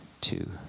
two